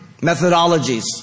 methodologies